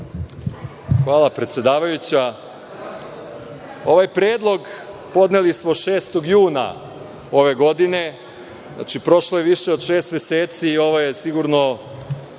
Hvala. Ovaj predlog podneli smo 6. juna ove godine. Znači, prošlo je više od šest meseci i ovo je sigurno